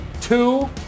two